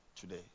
today